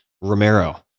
Romero